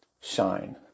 shine